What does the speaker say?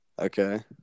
Okay